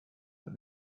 but